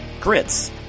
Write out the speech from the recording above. Grits